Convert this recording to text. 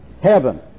heaven